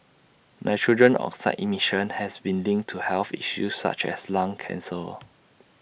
nitrogen oxide emission has been linked to health issues such as lung cancer